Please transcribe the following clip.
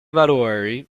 valori